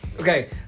okay